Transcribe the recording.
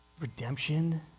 redemption